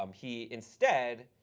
um he instead,